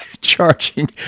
charging